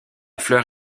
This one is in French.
fleur